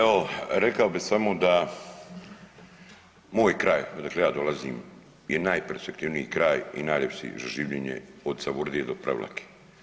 Evo, rekao bih samo da moj kraj odakle ja dolazim je najperspektivniji kraj i najljepši za življenje od Savudrije do Prevlake.